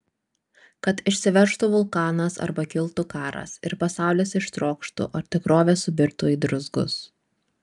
kad išsiveržtų vulkanas arba kiltų karas ir pasaulis ištrokštų o tikrovė subirtų į druzgus